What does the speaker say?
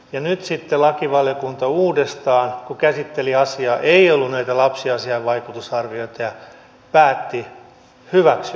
ja nyt sitten lakivaliokunta kun uudestaan käsitteli asiaa eikä ollut näitä lapsiasiainvaikutusarviointeja päätti hyväksyä tämän